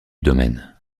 domaine